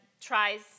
tries